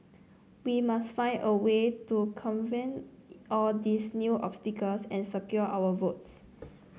we must find a way to all these new obstacles and secure our votes